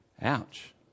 Ouch